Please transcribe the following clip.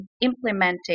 implementing